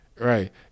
right